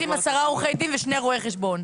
לצלוח אותה צריכים עשרה עורכי-דין ושני רואי-חשבון.